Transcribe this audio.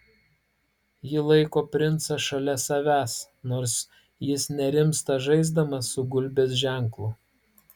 ji laiko princą šalia savęs nors jis nerimsta žaisdamas su gulbės ženklu